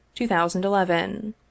2011